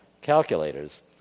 calculators